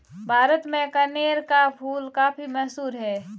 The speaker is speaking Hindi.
भारत में कनेर का फूल काफी मशहूर है